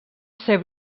ser